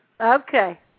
Okay